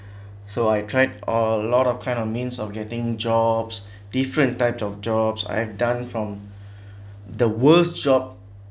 so I tried a lot of kind of means of getting jobs different types of jobs I have done from the worst job